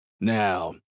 Now